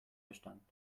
bestand